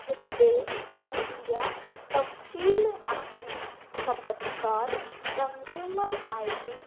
हिते मुहिंजा तफसील आहिनि खपतकार कंज़्यूमर आई डी